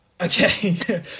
Okay